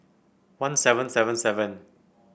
one seven seven seven